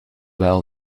wel